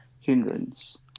hindrance